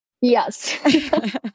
Yes